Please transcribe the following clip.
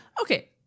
Okay